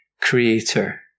creator